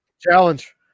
Challenge